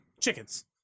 Chickens